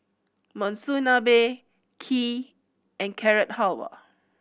Monsunabe Kheer and Carrot Halwa